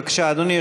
בבקשה, אדוני.